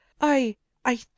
i-i